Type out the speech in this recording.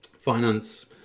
finance